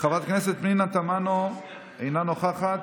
חברת הכנסת פנינה תמנו, אינה נוכחת,